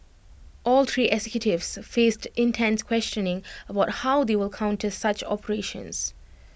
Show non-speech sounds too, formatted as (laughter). (noise) all three executives faced intense questioning about how they will counter such operations